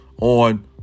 on